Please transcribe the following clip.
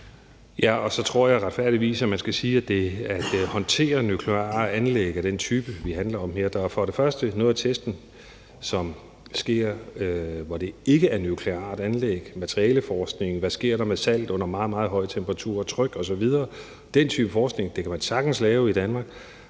Ja, og så tror jeg retfærdigvis, at man skal sige til det med at håndtere nukleare anlæg af den type, det handler om her, at noget af testen sker, hvor det ikke er nukleare anlæg. Materialeforskningen – hvad sker der med salt under meget, meget høje temperaturer, tryk osv. – og den type forskning kan man sagtens lave i Danmark.